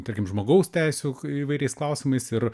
tarkim žmogaus teisių k įvairiais klausimais ir